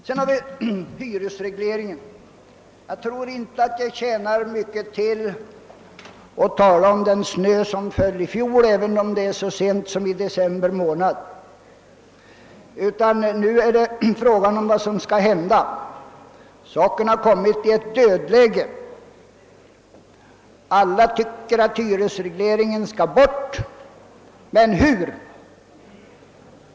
Vidare har vi hyresregleringen. Jag tror inte att det tjänar mycket till att tala om den snö som föll i fjol, även om det var så sent som i december månad. Nu gäller frågan vad som skall hända i det dödläge där saken har kommit in. Alla tycker att hyresregleringen skall bort, men hur?